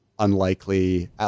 unlikely